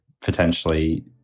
potentially